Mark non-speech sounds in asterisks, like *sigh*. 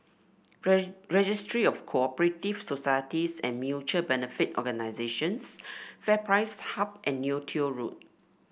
*unintelligible* Registry of Co operative Societies and Mutual Benefit Organisations FairPrice Hub and Neo Tiew Road